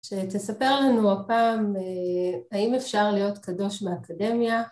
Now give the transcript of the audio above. שתספר לנו הפעם, האם אפשר להיות קדוש באקדמיה?